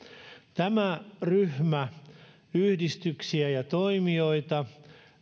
tämä ryhmä yhdistyksiä ja toimijoita